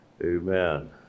Amen